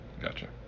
Gotcha